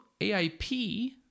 AIP